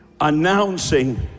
announcing